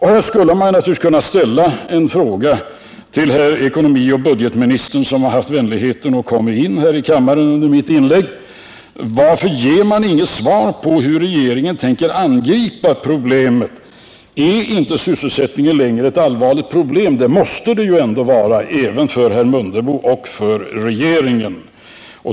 Här skulle man kunna ställa en fråga till herr budgetoch ekonomiministern, som har haft vänligheten att komma in i kammaren under mitt inlägg: Varför ges inget svar om hur regeringen tänker angripa problemet? Är inte sysselsättningen längre ett allvarligt problem? Det måste den ju ändå vara, även för herr Mundebo och för regeringen.